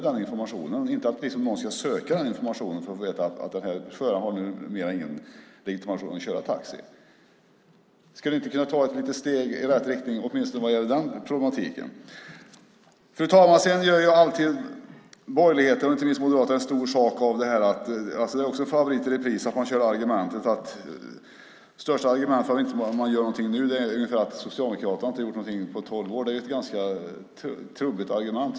Man ska inte behöva söka den informationen för att få veta att den här föraren inte längre har någon legitimation för att köra taxi. Skulle ni åtminstone inte kunna ta ett litet steg i rätt riktning när det gäller det problemet? Fru talman! Borgerligheten, och inte minst Moderaterna, gör alltid en stor sak av detta att Socialdemokraterna inte har gjort någonting på tolv år. Det är också en favorit i repris. Det är det största argumentet för att man inte gör någonting nu. Det är ett ganska trubbigt argument.